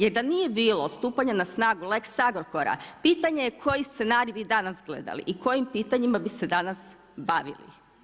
Jer da nije bilo stupanja na snagu lex Agrokor, pitanje je koji scenarij bi danas gledali i kojim pitanjima bi se danas bavili.